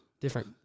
Different